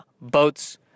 boats